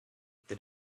that